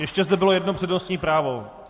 Ještě zde bylo jedno přednostní právo.